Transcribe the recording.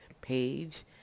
page